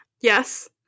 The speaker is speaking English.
Yes